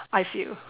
I feel